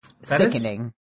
sickening